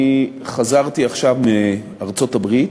אני חזרתי עכשיו מארצות-הברית.